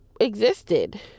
existed